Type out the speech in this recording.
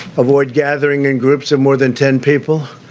avoid gathering in groups of more than ten people,